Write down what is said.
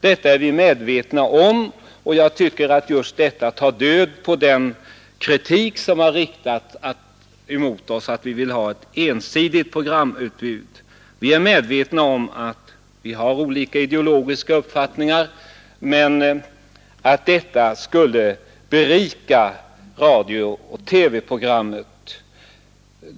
Detta är vi medvetna om, och jag tycker att just detta tar död på den kritik som har riktats mot oss för att vi skulle vilja ha ett ensidigt programutbud. Vi är medvetna om att det finns olika ideologiska uppfattningar, men vi anser att detta skulle berika radiooch TV-programmen.